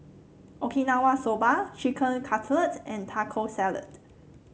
Okinawa Soba Chicken Cutlet and Taco Salad